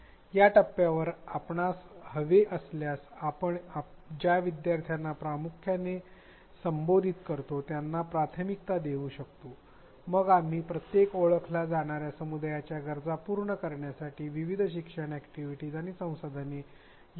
या टप्प्यावर आपणास हवे असल्यास आपण ज्या विद्यार्थ्यांना प्रामुख्याने संबोधित करतो त्यांनां प्राथमिकता देऊ शकतो मग आम्ही प्रत्येक ओळखल्या जाणार्या समुदायाच्या गरजा पूर्ण करण्यासाठी विविध शिक्षण अॅक्टिव्हिटीस आणि संसाधने यांचा सामावेश करू शकतो